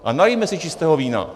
A nalijme si čistého vína.